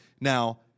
Now